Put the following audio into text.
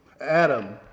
Adam